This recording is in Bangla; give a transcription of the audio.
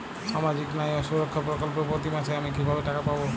সামাজিক ন্যায় ও সুরক্ষা প্রকল্পে প্রতি মাসে আমি কিভাবে টাকা পাবো?